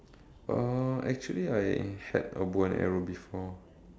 uh actually I had a bow and arrow before